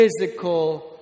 physical